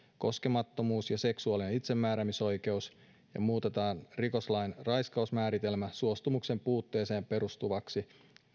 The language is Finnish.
koskemattomuus ja seksuaalinen itsemääräämisoikeus muutetaan rikoslain raiskausmääritelmä suostumuksen puutteeseen perustuvaksi